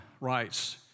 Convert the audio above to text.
writes